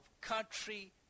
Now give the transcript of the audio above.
country